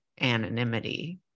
anonymity